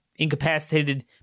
incapacitated